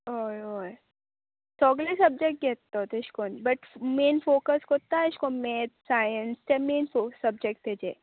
हय हय सोगले सब्जॅक्ट घेत तो तेश कोन बट मेन फोकस कोत्ता एशें कोन्न मॅथ्स सायन्स ते मेन फो सबजेक्ट तेजे